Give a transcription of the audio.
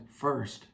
first